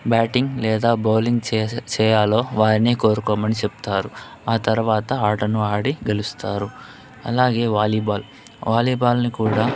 batting లేదా bowling చేసే చేయాలో వారిని కోరుకోమని చెప్తారు ఆ తర్వాత ఆటను ఆడి గెలుస్తారు అలాగే వాలీ బాల్ వాలీ బాల్ ని కూడా